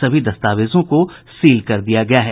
सभी दस्तावेजों को सील कर दिया गया है